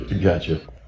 gotcha